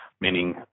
meaning